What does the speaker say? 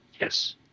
Yes